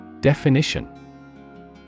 Definition